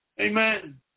Amen